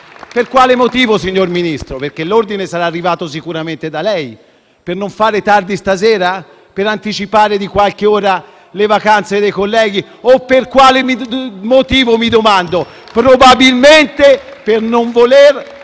Per quale motivo, signor Ministro (perché l'ordine sarà arrivato sicuramente da lei)? Per non fare tardi stasera? Per anticipare di qualche ora le vacanze dei colleghi o per quale motivo? Probabilmente per non voler